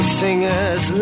singers